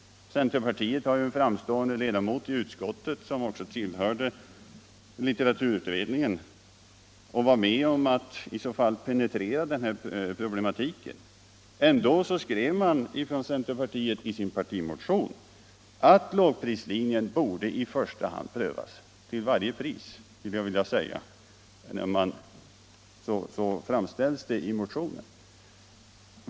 Centerpartiet har en framstående ledamot i utskottet som också tillhörde litteraturutredningen och var med om att penetrera den här problematiken. Ändå skrev centerpartiet i partimotionen att lågprislinjen i första hand borde prövas — jag skulle vilja säga prövas till varje pris. Så framställs det i motionen.